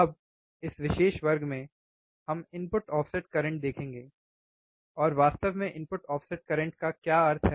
अब इस विशेष वर्ग में हम इनपुट ऑफसेट करंट देखेंगे और वास्तव में इनपुट ऑफसेट करंट का क्या अर्थ है